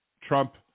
trump